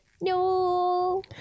No